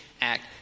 Act